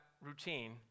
routine